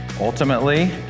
Ultimately